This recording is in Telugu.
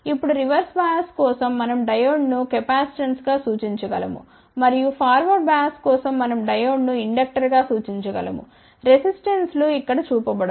ఇప్పుడు రివర్స్ బయాస్ కోసం మనం డయోడ్ను కెపాసిటెన్స్గా సూచించగలము మరియు ఫార్వర్డ్ బయాస్ కోసం మనం డయోడ్ను ఇండక్టర్గా సూచించగలము రెసిస్టెన్స్ లు ఇక్కడ చూపబడవు